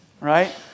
right